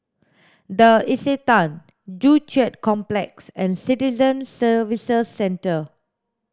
the Istana Joo Chiat Complex and Citizen Services Centre